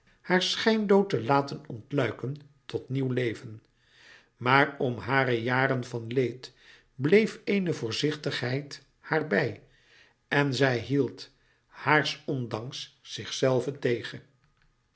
haar schijndood te laten ontluiken tot nieuw leven maar om hare jaren van leed bleef eene voorzichtigheid haar bij en zij hield haars ondanks zichzelve tegen